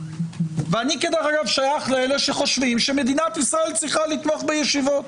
ואני כדרך אגב שייך לאלה שחושבים שמדינת ישראל צריכה לתמוך בישיבות